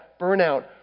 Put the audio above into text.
burnout